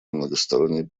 многосторонний